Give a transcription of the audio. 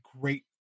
great